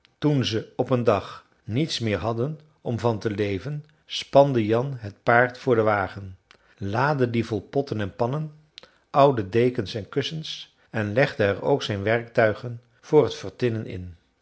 toen ze op een dag niets meer hadden om van te leven spande jan het paard voor den wagen laadde dien vol potten en pannen oude dekens en kussens en legde er ook zijn werktuigen voor t vertinnen in